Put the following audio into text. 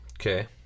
Okay